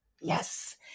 yes